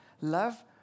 love